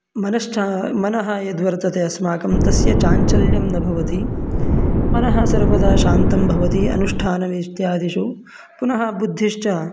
मनश्च मनः यद्वर्तते अस्माकं तस्य चाञ्चल्यं न भवति मनः सर्वदा शान्तं भवति अनुष्ठानमित्यादिषु पुनः बुद्धिश्च